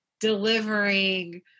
delivering